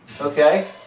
Okay